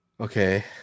Okay